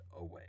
away